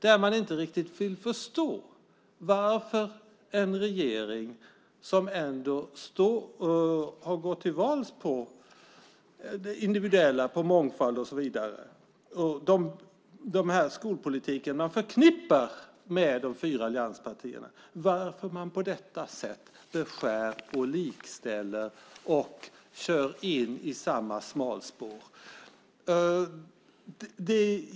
De kan inte riktigt förstå varför en regering som har gått till val på individualitet och mångfald - den skolpolitik man förknippar med de fyra allianspartierna - beskär, likställer och kör in i samma smalspår.